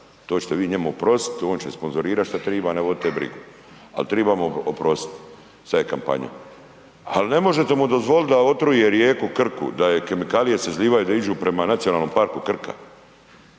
To ćete vi njemu oprostiti. On će sponzorirati što treba, ne vodite brigu. Ali trebamo oprostiti, sada je kampanja. Ali ne možete mu dozvoliti da otruje rijeku Krku, da se kemikalije izlijevaju da idu prema Nacionalnom parku Krka.